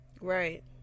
Right